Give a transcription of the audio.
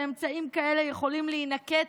שאמצעים כאלה יכולים להינקט,